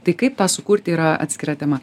tai kaip tą sukurti yra atskira tema